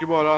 problem.